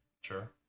Sure